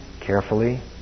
carefully